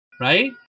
right